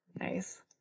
Nice